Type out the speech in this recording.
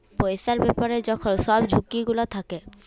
পইসার ব্যাপারে যখল ছব ঝুঁকি গুলা থ্যাকে